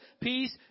peace